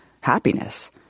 happiness